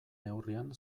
neurrian